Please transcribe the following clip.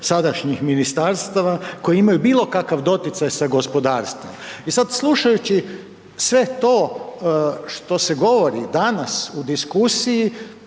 5 do 6 ministarstava koje imaju bilo kakav doticaj sa gospodarstvom. I sad slušajući sve to što se govori danas u diskusiji,